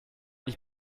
ich